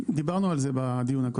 דיברנו על זה בדיון הקודם.